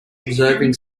observing